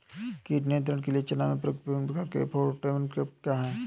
कीट नियंत्रण के लिए चना में प्रयुक्त विभिन्न प्रकार के फेरोमोन ट्रैप क्या है?